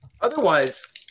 Otherwise